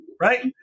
right